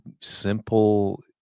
simple